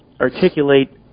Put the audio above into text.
articulate